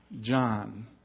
John